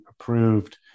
approved